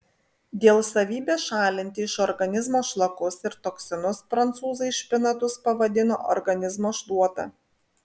dėl savybės šalinti iš organizmo šlakus ir toksinus prancūzai špinatus pavadino organizmo šluota